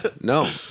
No